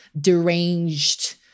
deranged